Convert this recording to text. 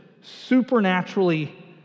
supernaturally